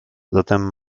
zatem